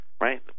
right